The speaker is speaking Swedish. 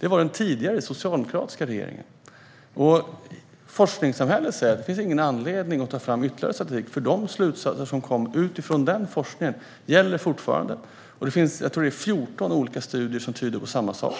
Det var den tidigare socialdemokratiska regeringen. Forskningssamhället säger att det inte finns någon anledning att ta fram ytterligare statistik eftersom de slutsatser som kom från den forskningen fortfarande gäller. Jag tror också att det finns 14 olika studier som tyder på samma sak,